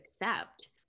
accept